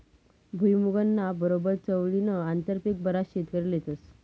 भुईमुंगना बरोबर चवळीनं आंतरपीक बराच शेतकरी लेतस